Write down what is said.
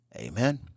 Amen